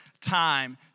time